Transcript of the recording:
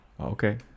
Okay